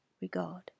regard